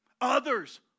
Others